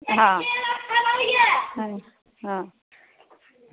आं आं अं